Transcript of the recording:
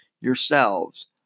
yourselves